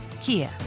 Kia